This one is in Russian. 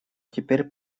теперь